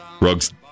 Rugs